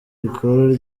rikuru